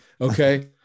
okay